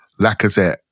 Lacazette